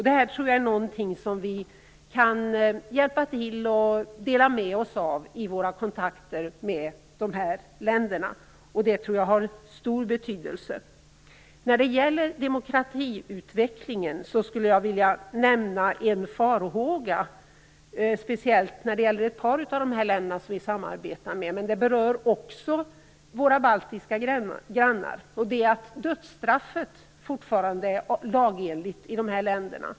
Detta tror jag att vi kan dela med oss av i våra kontakter med dessa länder. Det tror jag har stor betydelse. När det gäller demokratiutvecklingen skulle jag speciellt vilja nämna en farhåga som gäller ett par av de länder vi samarbetar med, men den berör också våra baltiska grannar, och det är att dödsstraff fortfarande är lagenligt i dessa länder.